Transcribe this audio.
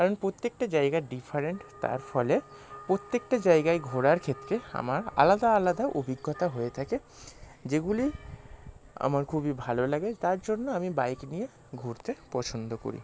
কারণ প্রত্যেকটা জায়গা ডিফারেন্ট তার ফলে পোত্যেকটা জায়গায় ঘোরার ক্ষেত্রে আমার আলাদা আলাদা অভিজ্ঞতা হয়ে থাকে যেগুলি আমার খুবই ভালো লাগে তার জন্য আমি বাইক নিয়ে ঘুরতে পছন্দ করি